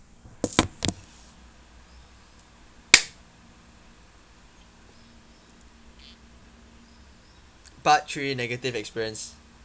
part three negative experience